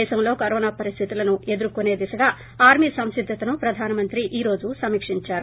దేశంలో కరోనా పరిస్తితులను ఎదుర్కొనే దిశగా ఆర్మీ సంసిద్దతను ప్రధానమంత్రి ఈ రోజు సమీకిందారు